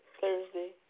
Thursday